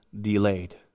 delayed